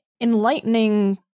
enlightening